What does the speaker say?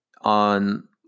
on